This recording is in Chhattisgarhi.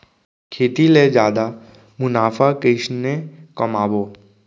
खेती ले जादा मुनाफा कइसने कमाबो?